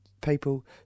people